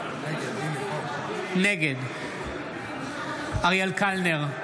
נגד אריאל קלנר,